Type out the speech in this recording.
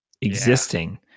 existing